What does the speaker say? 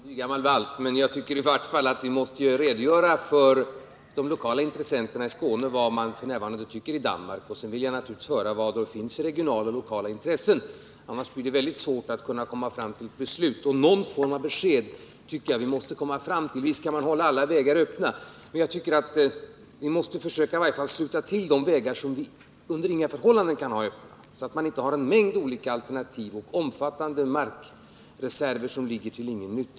Herr talman! Ja, nygammal vals är nygammal vals, men jag tycker att vi i alla fall måste meddela de lokala intressenterna i Skåne vad man tycker i Danmark. Sedan vill jag naturligtvis höra vad det finns för regionala och lokala intressen. Annars blir det mycket svårt att komma fram till ett beslut. Någon form av besked tycker jag vi måste komma fram till. Visst skall man hålla alla vägar öppna, men jag tycker att vi i alla fall måste sluta till de vägar som vi under inga förhållanden kan ha öppna, så att vi inte har en mängd olika alternativ och omfattande markreserver till ingen nytta.